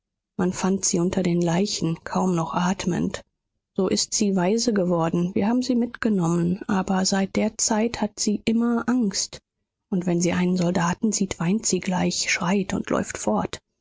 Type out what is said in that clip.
man fand sie unter den leichen kaum noch atmend so ist sie waise geworden wir haben sie mitgenommen aber seit der zeit hat sie immer angst und wenn sie einen soldaten sieht weint sie gleich schreit und läuft fort